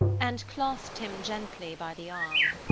and clasped him gently by the arm.